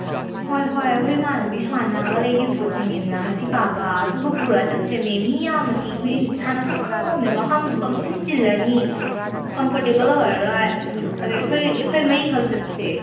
ꯍꯣꯏ ꯍꯣꯏ ꯑꯩꯈꯣꯏ ꯏꯃꯥꯟꯅꯕꯤ ꯁꯥꯅꯥꯒ ꯂꯩꯈꯤꯕꯗꯣ ꯈꯪꯉꯤꯅ ꯍꯁꯤꯀꯥꯒ ꯑꯗꯨꯒ ꯄꯨꯔꯒ ꯆꯠꯁꯦꯃꯤ ꯃꯤ ꯌꯥꯝꯃꯗꯤ ꯍꯣꯔꯦꯟ ꯁꯥꯟꯅꯐꯝ ꯈꯪꯗꯝꯅꯦ ꯃꯐꯝꯗꯨ ꯄꯪꯆꯤꯟ ꯆꯤꯜꯂꯅꯤ ꯀꯝꯐꯣꯔꯇꯦꯕꯜ ꯑꯣꯏꯔꯔꯣꯏ ꯑꯗꯣ ꯑꯩꯈꯣꯏ ꯑꯩꯈꯣꯏ ꯃꯔꯤ ꯈꯛ ꯆꯠꯁꯦ